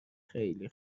خیلی